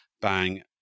bang